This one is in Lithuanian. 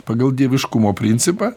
pagal dieviškumo principą